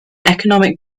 economic